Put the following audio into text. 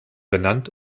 benannt